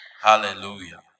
Hallelujah